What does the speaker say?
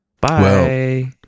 Bye